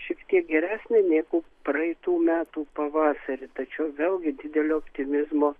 šiek tiek geresnė negu praeitų metų pavasarį tačiau vėlgi didelio optimizmo